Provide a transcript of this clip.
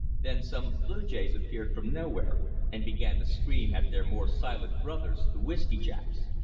then some blue jays appeared from nowhere and began to scream at their more silent brothers, the whisky jacks.